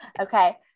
okay